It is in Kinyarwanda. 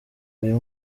uyu